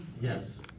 Yes